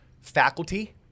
faculty